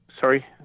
Sorry